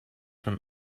from